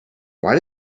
why